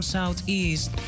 Southeast